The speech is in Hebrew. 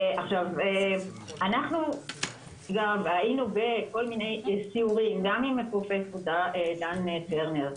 היינו בכל מיני סיורים גם עם פרופ' דן טרנר.